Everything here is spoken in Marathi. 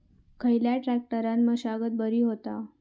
खयल्या ट्रॅक्टरान मशागत बरी होता?